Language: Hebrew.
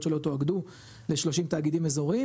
שלא תואגדו ל-30 תאגידים אזוריים,